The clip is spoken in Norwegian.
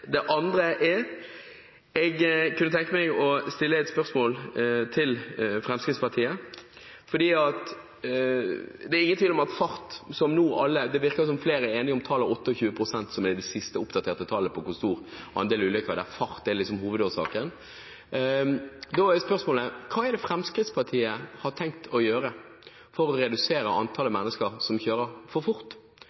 Det andre er at jeg kunne tenke meg å stille et spørsmål til Fremskrittspartiet. Det virker som flere er enige om tallet 28 pst., som er det siste, oppdaterte tallet på andelen ulykker der fart er hovedårsaken. Da er spørsmålet: Hva er det Fremskrittspartiet har tenkt å gjøre for å redusere antallet mennesker som kjører for fort?